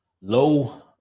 Low